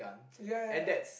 ya ya ya